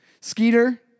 Skeeter